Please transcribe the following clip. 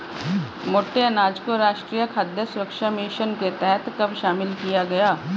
मोटे अनाज को राष्ट्रीय खाद्य सुरक्षा मिशन के तहत कब शामिल किया गया?